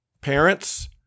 parents